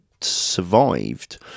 survived